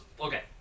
okay